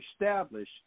establish